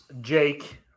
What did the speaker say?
Jake